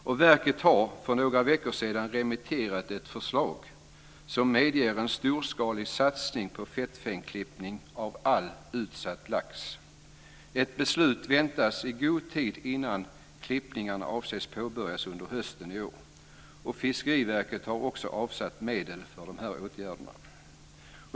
Och verket remitterade för några veckor sedan ett förslag som medger en storskalig satsning på fettfenklippning av all utsatt lax. Ett beslut väntas i god tid innan klippningarna avses påbörjas under hösten i år. Fiskeriverket har också avsatt medel för dessa åtgärder.